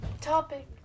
Topic